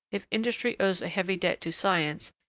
if industry owes a heavy debt to science,